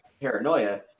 *Paranoia*